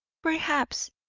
perhaps.